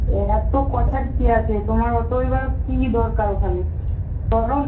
এ এত্ত কথার কি আছে তোমার অতই বা কী দরকার ওখানে চলো